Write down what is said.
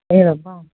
एवं वा